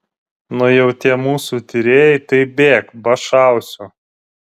nu jau tie mūsų tyrėjai tai bėk ba šausiu